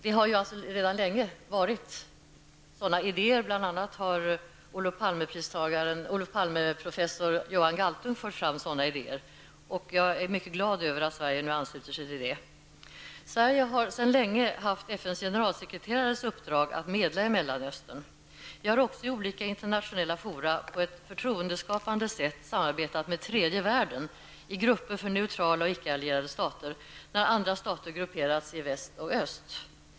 Det har sedan länge funnits sådana idéer, och bl.a. har professor Johan Galtung, mottagare av Olof Palme-priset, fört fram sådana idéer. Jag är mycket glad över att Sverige nu ansluter sig till detta förslag. Sverige har sedan länge haft FNs generalsekreterares uppdrag att medla i Mellanöstern. Sverige har också i olika internationella fora på ett förtroendeskapande sätt samarbetat med tredje världen i grupper av ickeallierade och neutrala stater när andra stater har grupperat sig i väst och öst.